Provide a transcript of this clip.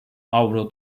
avro